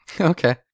Okay